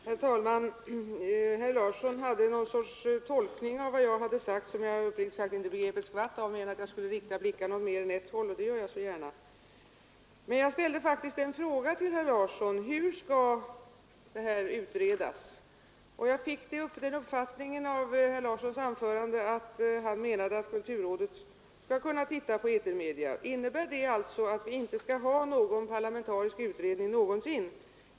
Herr talman! Herr Larsson i Vänersborg gjorde en tolkning av vad jag sagt, men den begrep jag uppriktigt sagt inte ett skvatt av. Jag förstod bara att jag skulle rikta blickarna mot mer än ett håll, och det skall jag mer än gärna försöka göra. Men jag ställde faktiskt en fråga till herr Larsson rörande hur de här sakerna skall utredas, och av herr Larssons anförande fick jag den uppfattningen att han menade att kulturrådet skulle se på frågan om etermedierna. Innebär det alltså att vi aldrig någonsin skall ha en parlamentarisk utredning?